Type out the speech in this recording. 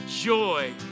joy